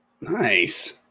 Nice